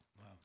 Wow